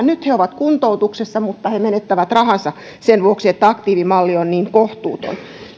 nyt he ovat kuntoutuksessa mutta he menettävät rahansa sen vuoksi että aktiivimalli on niin kohtuuton